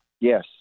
Yes